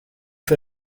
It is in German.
für